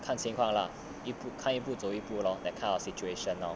看情况 lah 看一步走一步 lor that kind of situation now